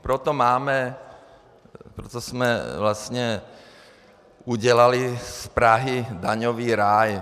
Proto máme, co jsme vlastně udělali, z Prahy daňový ráj.